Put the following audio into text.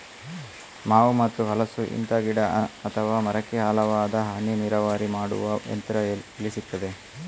ಮಾವು ಮತ್ತು ಹಲಸು, ಇಂತ ಗಿಡ ಅಥವಾ ಮರಕ್ಕೆ ಆಳವಾದ ಹನಿ ನೀರಾವರಿ ಮಾಡುವ ಯಂತ್ರ ಎಲ್ಲಿ ಸಿಕ್ತದೆ?